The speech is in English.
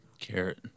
Carrot